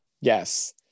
Yes